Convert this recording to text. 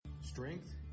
Strength